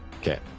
Okay